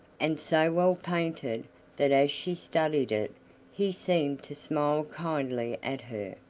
and so well painted that as she studied it he seemed to smile kindly at her.